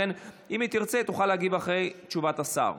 אם היא תרצה היא תוכל להגיב אחרי תשובת השר.